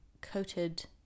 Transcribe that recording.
coated